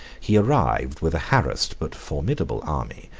he arrived with a harassed but formidable army,